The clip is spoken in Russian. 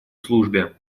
службе